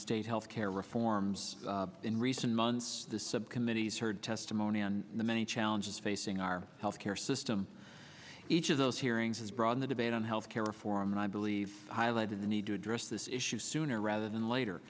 state health care reforms in recent months the subcommittees heard testimony on the many challenges facing our health care system each of those hearings has brought in the debate on health care reform and i believe highlighted the need to address this issue sooner rather than later